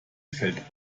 fällt